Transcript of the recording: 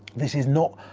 this is not,